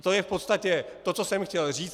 To je v podstatě to, co jsem chtěl říct.